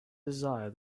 desire